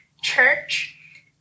church